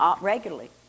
regularly